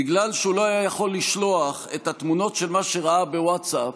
בגלל שהוא לא היה יכול לשלוח את התמונות של מה שראה בווטסאפ,